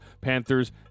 Panthers